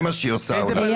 זה מה שהיא עושה אולי.